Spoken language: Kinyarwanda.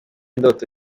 ndoto